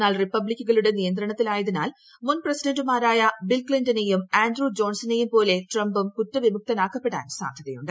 എന്നാൽ റിപ്പബ്ലിക്കുകളുടെ നിയന്ത്രണത്തിലായതിനാൽ മുൻ പ്രസിഡന്റുമാരായ ബിൽ ്ക്സിന്റനെയും ആൻഡ്രൂ ജോൺസണെയും പോലെ ട്രംപും കുറ്റവിമുക്തനാക്കപ്പെടാൻ സാധ്യതയുണ്ട്